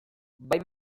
bai